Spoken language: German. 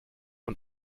und